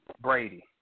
Brady